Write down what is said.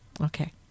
Okay